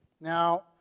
Now